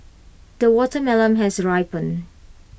the watermelon has ripened